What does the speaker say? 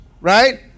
right